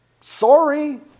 Sorry